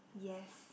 yes